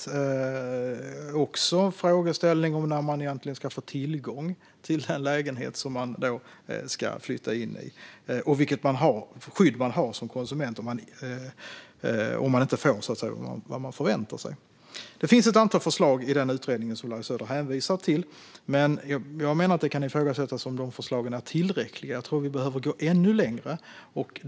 Det finns också en frågeställning om när man egentligen ska få tillgång till den lägenhet som man ska flytta in i och om vilket skydd man har som konsument om man inte får vad man förväntar sig. Det finns ett antal förslag i den utredning som Larry Söder hänvisade till. Jag menar dock att det kan ifrågasättas om dessa förslag är tillräckliga - jag tror att vi behöver gå ännu längre.